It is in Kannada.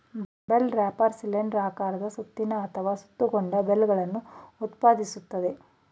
ಬೇಲ್ ರಾಪರ್ ಸಿಲಿಂಡರ್ ಆಕಾರದ ಸುತ್ತಿನ ಅಥವಾ ಸುತ್ತಿಕೊಂಡ ಬೇಲ್ಗಳನ್ನು ಉತ್ಪಾದಿಸ್ತದೆ